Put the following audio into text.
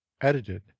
Edited